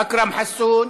אכרם חסון,